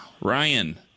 Ryan